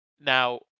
Now